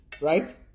right